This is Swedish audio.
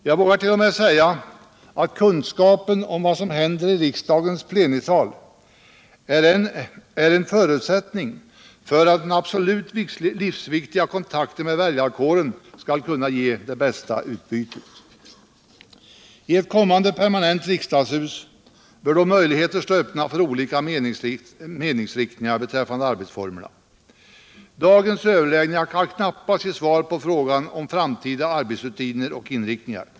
Jag vågar t.o.m., säga att kunskapen om vad som händer i riksdagens plenisal är en förutsättning för att den absolut livsviktiga kontakten med väljarkåren skall kunna ge det bästa utbytet. I ett kommande permanent riksdagshus bör då möjligheter stå öppna för olika meningsriktningar beträffande arbetsformerna. Dagens överläggningar kan knappast ge svar på frågan om framtida arbetsrutiner.